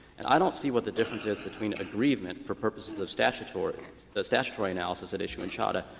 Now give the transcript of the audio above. and i don't see what the difference is between aggrievement for purposes of statutory the statutory analysis at issue in chadha,